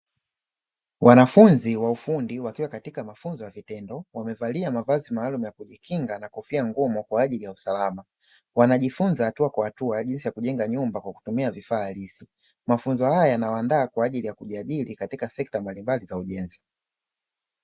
Wanafunzi wa ufundi wakiwa katika mafunzo ya vitendo wamevalia mavazi maalum ya kujikinga na kofia ngumu kwa ajili ya usalama, wanajifunza hatua kwa hatua jinsi ya kujenga nyumba kwa kutumia vifaa halisi; mafunzo haya yanawaandaa kwa ajili ya kujiajiri katika sekta mbalimbali za ujenzi.